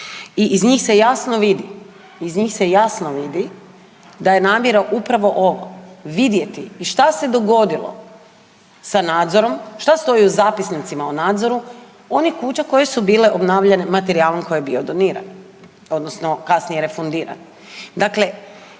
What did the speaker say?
iz njih se jasno vidi da je namjera upravo ovo vidjeti i šta se dogodilo sa nadzorom, šta stoji u zapisnicima o nadzoru onih kuća koje su bile obnavljane materijalom koji je bio doniran odnosno kasnije refundiran. Dakle,